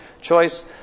choice